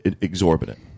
exorbitant